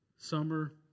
Summer